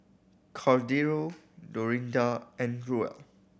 Cordero Dorinda and Ruel